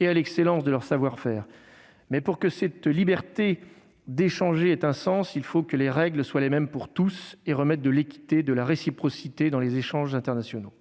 et à l'excellence de leur savoir-faire. Mais, pour que cette liberté d'échanger ait un sens, il faut que les règles soient les mêmes pour tous et que nous remettions de l'équité et de la réciprocité dans les échanges internationaux.